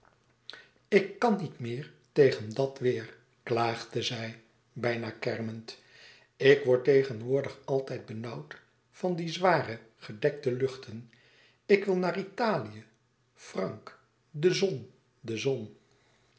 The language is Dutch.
ik kan niet meer tegen dat weêr klaagde zij bijna kermend ik word tegenwoordig altijd benauwd van die zware gedekte luchten ik wil naar italië frank de zon de zon